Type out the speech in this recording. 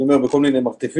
אני אומר בכל מיני מרתפים,